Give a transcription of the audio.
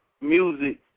music